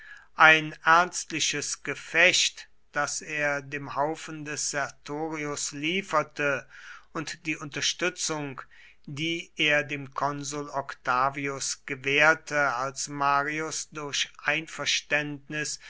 ein ernstliches gefecht das er dem haufen des sertorius lieferte und die unterstützung die er dem konsul octavius gewährte als marius durch einverständnis